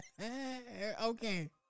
Okay